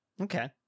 Okay